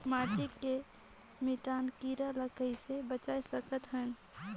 माटी के मितान कीरा ल कइसे बचाय सकत हन?